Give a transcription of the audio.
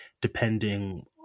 depending